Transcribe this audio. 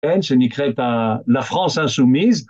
שנקראת לפרנס אינסומיז